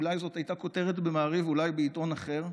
אולי זו הייתה כותרת במעריב ואולי בעיתון אחר,